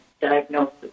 diagnosis